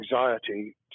anxiety